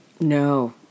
No